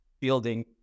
building